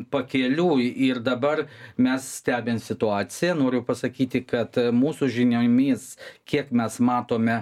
pakeliui ir dabar mes stebim situaciją noriu pasakyti kad mūsų žiniomis kiek mes matome